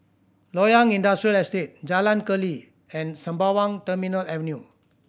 Loyang Industrial Estate Jalan Keli and Sembawang Terminal Avenue